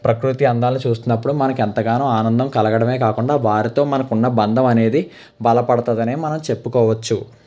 ప్రకృతి అందాలని చూస్తున్నప్పుడు మనకు ఎంతగానో ఆనందం కలగడమే కాకుండా వారితో మనకి ఉన్న బంధం అనేది బలపడతాది అని మనం చెప్పుకోవచ్చు